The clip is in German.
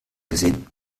gesehen